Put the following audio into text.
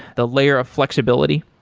the layer of flexibility?